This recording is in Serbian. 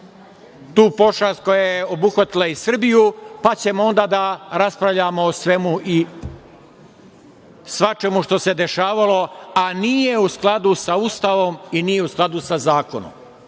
tu pošast koja je obuhvatila i Srbiju, pa ćemo onda da raspravljamo o svemu i svačemu što se dešavalo, a nije u skladu sa Ustavom i nije u skladu sa zakonom. Sada,